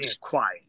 quiet